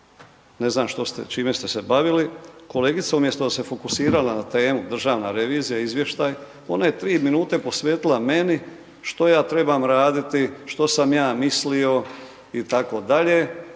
što ste, čime ste se bavili. Kolegica umjesto da se fokusirala na temu, državna revizija izvještaj ona je 3 minute posvetila meni, što ja trebam raditi, što sam ja mislio itd., pa